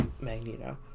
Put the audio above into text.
Magneto